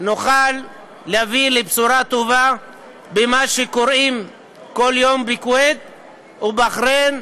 נוכל להביא לבשורה טובה במה שקוראים כל יום בכוויית ובבחריין,